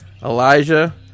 Elijah